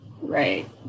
right